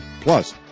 Plus